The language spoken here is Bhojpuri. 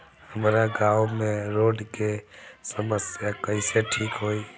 हमारा गाँव मे रोड के समस्या कइसे ठीक होई?